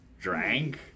Drank